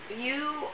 you-